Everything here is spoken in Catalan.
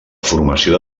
formació